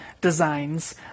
designs